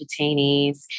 detainees